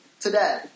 today